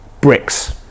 bricks